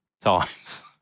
times